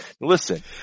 Listen